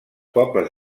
pobles